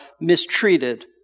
mistreated